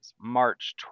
March